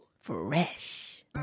Fresh